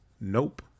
Nope